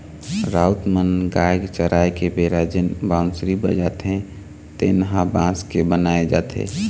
राउत मन गाय चराय के बेरा जेन बांसुरी बजाथे तेन ह बांस के बनाए जाथे